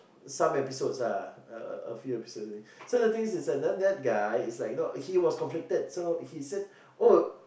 some episodes lah a a few episodes only so the things is like now that guy it's like you know he was conflicted so he said oh